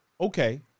Okay